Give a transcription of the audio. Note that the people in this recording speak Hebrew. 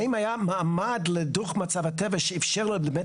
האם היה מעמד לדוח מצב הטבע שאפשר באמת